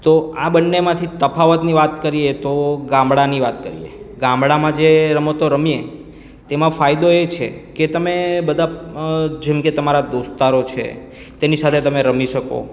તો આ બંનેમાંથી તફાવતની વાત કરીએ તો ગામડાની વાત કરીએ ગામડામાં જે રમતો રમીએ તેમાં ફાયદો એ છે કે તમે બધા જેમકે તમારા દોસ્તારો છે તેની સાથે તમે રમી શકો